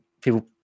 people